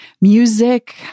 music